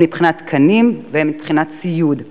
הן מבחינת תקנים והן מבחינת ציוד.